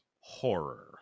horror